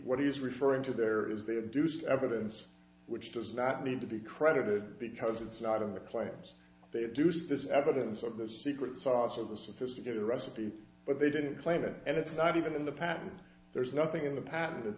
he is referring to there is the a deuced evidence which does not need to be credited because it's not in the claims they do so this is evidence of the secret sauce or the sophisticated recipe but they didn't claim it and it's not even in the patent there's nothing in the patent it